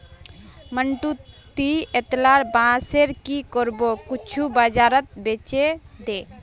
मंटू, ती अतेला बांसेर की करबो कुछू बाजारत बेछे दे